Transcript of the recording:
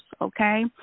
Okay